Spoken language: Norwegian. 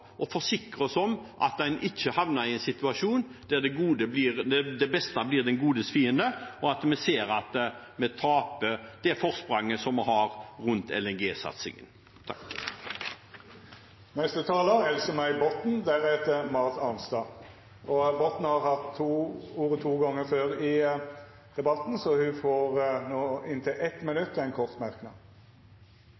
forsikre oss om at en ikke havner i en situasjon der det beste blir det godes fiende og vi ser at vi taper det forspranget som vi har rundt LNG-satsingen. Representanten Else-May Botten har hatt ordet to gonger tidlegare og får ordet til ein kort merknad, avgrensa til 1 minutt. Tina Bru er så opphengt i Arbeiderpartiets politikk at hun